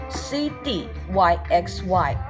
，cdyxy 。